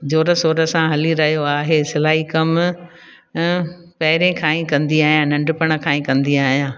जोर सोर सां हली रहियो आहे सिलाई कमु पहिरें खां ई कंदी आहियां नंढपण खां ही कंदी आहियां